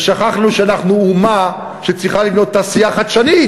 ושכחנו שאנחנו אומה שצריכה לבנות תעשייה חדשנית,